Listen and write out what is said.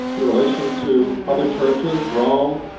in relation to other churches, rome,